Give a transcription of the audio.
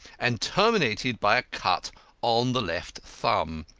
and terminated by a cut on the left thumb.